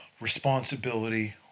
responsibility